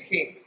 King